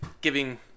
giving